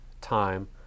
time